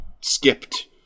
skipped